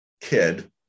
kid